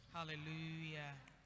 Hallelujah